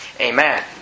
Amen